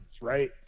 Right